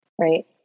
right